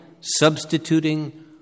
substituting